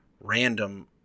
random